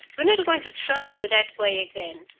we're not going to trouble you that way again.